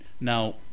Now